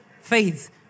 faith